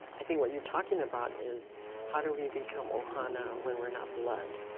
i mean what you're talking about is how do we become ohana when we're not blood?